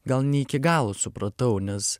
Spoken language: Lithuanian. gal ne iki galo supratau nes